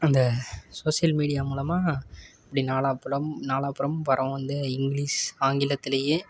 அந்த social media மூலமா் இப்படி நாலா புலம் நாலா புறம் பரவும் வந்து இங்கிலீஷ் ஆங்கிலத்துலேயே